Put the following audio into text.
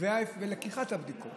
עד תוצאות הבדיקות